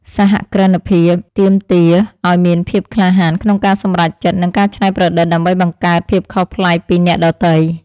សហគ្រិនភាពទាមទារឱ្យមានភាពក្លាហានក្នុងការសម្រេចចិត្ត និងការច្នៃប្រឌិតដើម្បីបង្កើតភាពខុសប្លែកពីអ្នកដទៃ។